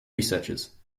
researchers